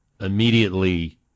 immediately